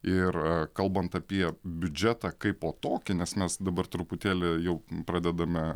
ir kalbant apie biudžetą kaipo tokį nes mes dabar truputėlį jau pradedame